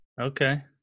Okay